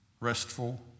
restful